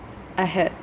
I had